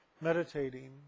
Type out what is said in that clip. meditating